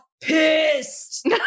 pissed